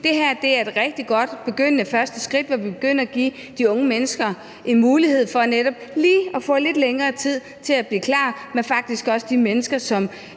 Det her er et rigtig godt første skridt, hvor vi kan begynde at give de unge mennesker en mulighed for netop lige at få lidt længere tid til at blive klar, men det gælder faktisk også de mennesker, som